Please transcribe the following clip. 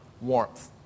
warmth